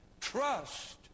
Trust